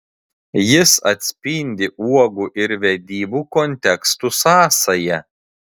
jis atspindi uogų ir vedybų kontekstų sąsają